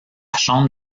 chambre